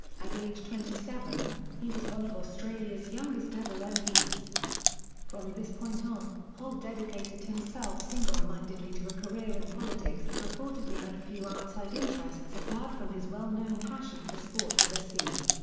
at age twenty seven, he was one of australia's youngest-ever um mps. from this point on, holt dedicated himself single-mindedly to a career in politics and reportedly had few outside interests apart from his well-known passion for sport and the sea.